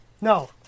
No